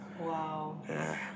Wow